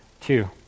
Two